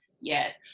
yes